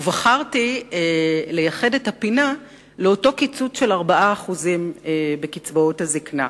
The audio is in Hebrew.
ובחרתי לייחד את הפינה לאותו קיצוץ של 4% בקצבאות הזיקנה.